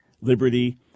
liberty